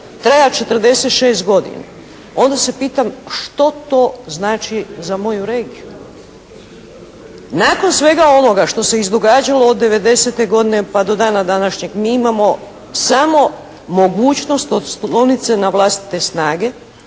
trajat 46 godina, onda se pitam što to znači za moju regiju? Nakon svega onoga što se izdogađalo od '90. godine pa do dana današnjeg, mi imamo samo mogućnost oslonit se na vlastite snage